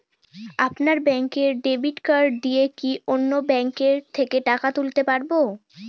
আপনার ব্যাংকের debit card দিয়ে কি অন্য ব্যাংকের থেকে টাকা তুলতে পারবো?